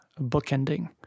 bookending